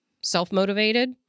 self-motivated